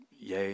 Yay